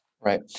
Right